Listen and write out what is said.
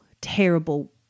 terrible